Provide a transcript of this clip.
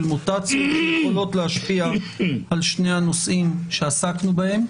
מוטציות שיכולות להשפיע על שני הנושאים שעסקנו בהם.